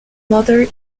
mother